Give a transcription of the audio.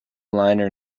liner